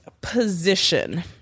position